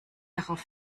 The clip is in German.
darauf